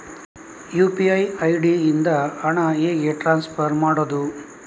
UPI ID ಇಂದ ಹಣ ಹೇಗೆ ಟ್ರಾನ್ಸ್ಫರ್ ಮಾಡುದು?